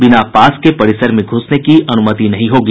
बिना पास के परिसर में घुसने की अनुमति नहीं होगी